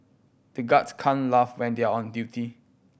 the guards can't laugh when they are on duty